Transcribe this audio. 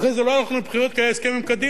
ואחרי זה לא הלכנו לבחירות כי היה הסכם עם קדימה,